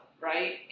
right